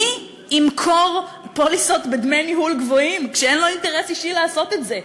מי ימכור פוליסות בדמי ניהול גבוהים כשאין לו אינטרס אישי לעשות את זה?